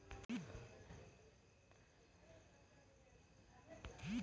ಇದೂನು ಹಸ್ರ್ ಯಾಲಕ್ಕಿ ಅಪ್ಲೆನೇ ಇರ್ತದ್ ಆದ್ರ ಇದ್ರ್ ಬಣ್ಣ ಕರಿ ಇಲ್ಲಂದ್ರ ಚಾಕ್ಲೆಟ್ ಬಣ್ಣ ಇರ್ತದ್